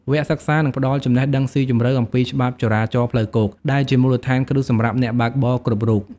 វគ្គសិក្សានឹងផ្ដល់ចំណេះដឹងស៊ីជម្រៅអំពីច្បាប់ចរាចរណ៍ផ្លូវគោក ដែលជាមូលដ្ឋានគ្រឹះសម្រាប់អ្នកបើកបរគ្រប់រូប។